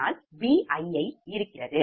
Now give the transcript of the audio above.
ஆனால் Bii இருக்கிறது